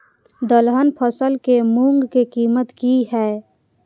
दलहन फसल के मूँग के कीमत की हय?